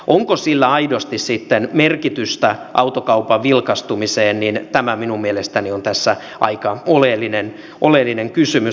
onko sillä aidosti sitten merkitystä autokaupan vilkastumiseen on minun mielestäni tässä aika oleellinen kysymys